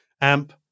amp